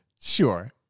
Sure